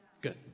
Good